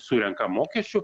surenka mokesčių